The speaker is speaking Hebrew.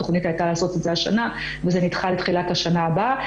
התוכנית הייתה לעשות את זה השנה וזה נדחה לתחילת השנה הבאה,